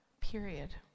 period